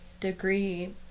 degree